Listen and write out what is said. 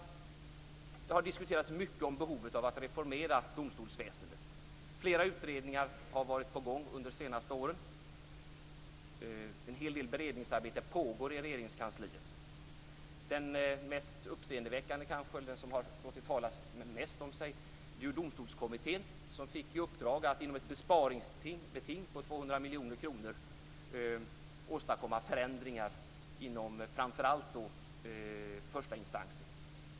Det har diskuterats mycket om behovet av att reformera domstolsväsendet. Flera utredningar har varit på gång under de senaste åren. En hel del beredningsarbete pågår i Regeringskansliet. Den kanske mest uppseendeväckande, den som har låtit tala mest om sig, är Domstolskommittén. Den fick i uppdrag att med ett besparingsbeting på 200 miljoner kronor åstadkomma förändringar inom framför allt förstainstansen.